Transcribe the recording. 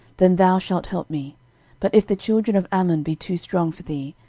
then thou shalt help me but if the children of ammon be too strong for thee,